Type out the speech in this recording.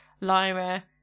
Lyra